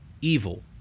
evil